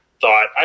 thought –